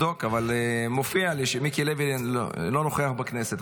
אבדוק, אבל מופיע לי שמיקי לוי לא נוכח בכנסת.